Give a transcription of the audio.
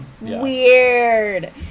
weird